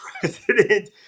president